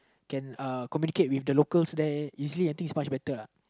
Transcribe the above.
can uh communicate with the locals there easily I think it's must better ah